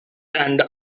and